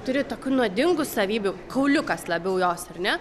turi tokių nuodingų savybių kauliukas labiau jos ar ne